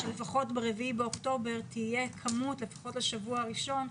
שלפחות ב-4 באוקטובר תהיה כמות לפחות לשבוע הראשון.